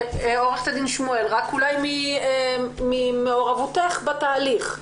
עורכת הדין שמואל, רק אולי ממעורבותך בתהליך.